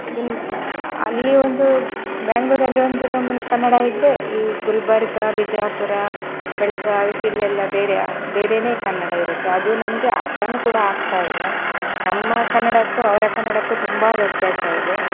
ಇನ್ನು ಅಲ್ಲಿ ಒಂದು ಬೆಂಗ್ಳೂರಲ್ಲಿ ಒಂದು ನಮೂನೆ ಕನ್ನಡ ಇದ್ದರೆ ಈ ಗುಲ್ಬರ್ಗ ಬಿಜಾಪುರ ಬೆಳಗಾವಿ ಇಲ್ಲೆಲ್ಲ ಬೇರೆ ಬೇರೆಯೇ ಕನ್ನಡ ಇರುತ್ತೆ ಅದು ನಮಗೆ ಅರ್ಥನೂ ಕೂಡ ಆಗ್ತಾ ಇಲ್ಲ ನಮ್ಮ ಕನ್ನಡಕ್ಕೂ ಅವರ ಕನ್ನಡಕ್ಕೂ ತುಂಬ ವ್ಯತ್ಯಾಸ ಇದೆ